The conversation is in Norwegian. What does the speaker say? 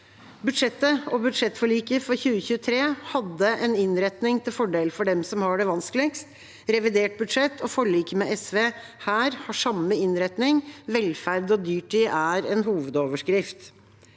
Budsjettet og budsjettforliket for 2023 hadde en innretning til fordel for dem som har det vanskeligst. Revidert budsjett og forliket med SV her har samme innretning. Velferd og dyrtid er en hovedoverskrift.